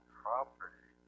property